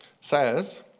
says